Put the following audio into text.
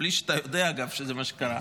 בלי שאתה יודע שזה מה שקרה,